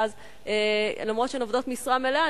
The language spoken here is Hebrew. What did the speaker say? ואז למרות שהן עובדות משרה מלאה,